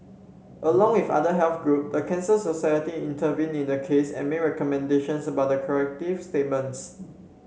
along with other health group the Cancer Society intervened in the case and made recommendations about the corrective statements